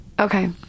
Okay